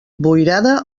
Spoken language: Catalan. boirada